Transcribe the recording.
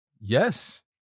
Yes